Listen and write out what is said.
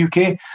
UK